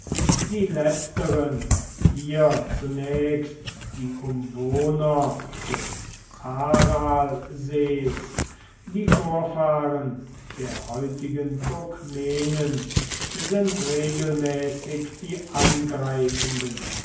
die letzteren hier zunächst die umwohner des aralsees die vorfahren der heutigen turkmenen sind regelmäßig die angreifenden